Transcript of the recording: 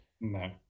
No